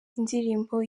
indirimbo